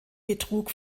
betrug